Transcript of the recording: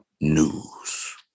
news